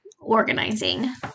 organizing